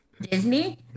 Disney